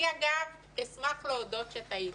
אני, אגב, אשמח להודות שטעיתי,